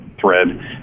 thread